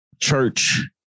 church